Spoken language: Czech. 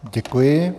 Děkuji.